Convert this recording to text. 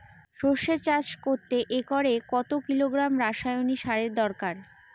সরষে চাষ করতে একরে কত কিলোগ্রাম রাসায়নি সারের দরকার?